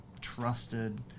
trusted